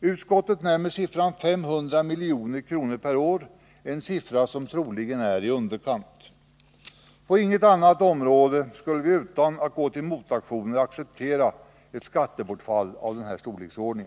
Utskottet nämner siffran 500 milj.kr. per år — en siffra som troligen är i underkant. På inget annat område skulle vi utan att gå till motaktioner acceptera ett skattebortfall av denna storleksordning.